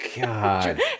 god